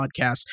podcast